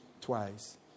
twice